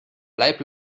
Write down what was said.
bleib